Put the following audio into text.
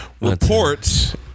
Reports